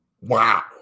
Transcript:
Wow